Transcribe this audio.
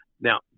Now